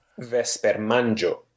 Vespermangio